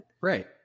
Right